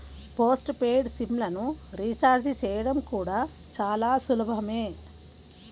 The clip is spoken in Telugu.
పోస్ట్ పెయిడ్ సిమ్ లను రీచార్జి చేయడం కూడా చాలా సులభమే